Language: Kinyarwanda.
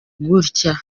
gutya